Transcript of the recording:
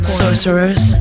sorcerers